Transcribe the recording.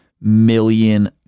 million